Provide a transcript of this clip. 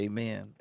Amen